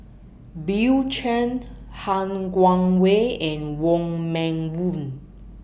Bill Chen Han Guangwei and Wong Meng Voon